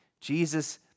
Jesus